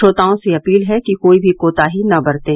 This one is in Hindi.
श्रोताओं से अपील है कि कोई भी कोताही न बरतें